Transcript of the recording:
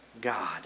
God